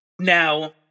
Now